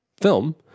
film